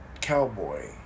cowboy